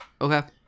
Okay